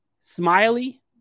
Smiley